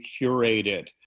curated